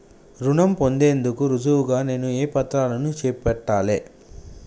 రుణం పొందేందుకు రుజువుగా నేను ఏ పత్రాలను చూపెట్టాలె?